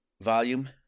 Volume